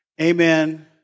Amen